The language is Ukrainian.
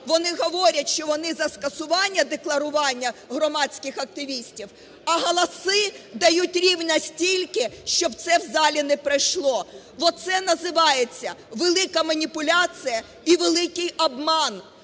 вони говорять, що вони за скасування декларування громадських активістів, а голоси дають рівно стільки, щоб це в залі не пройшло. Оце називається велика маніпуляція і великий обман,